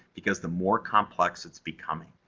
because the more complex it's becoming.